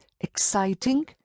exciting